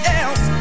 else